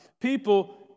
people